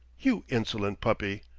you insolent puppy!